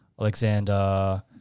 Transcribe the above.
alexander